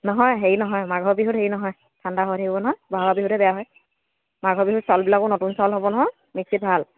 নহয় হেৰি নহয় মাঘৰ বিহুত হেৰি নহয় ঠাণ্ডা হৈ থাকিব নহয় বহাগৰ বিহুতহে বেয়া হয় মাঘৰ বিহুত চাউলবিলাকো নতুন চাউল হ'ব নহয় মিক্সিত ভাল